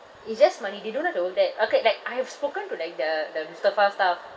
it's just money they don't like to work there okay like I have spoken to like the the Mustafa staff